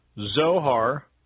Zohar